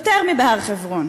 יותר מבהר-חברון.